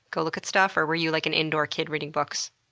go look at stuff? or were you like an indoor kid reading books?